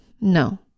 No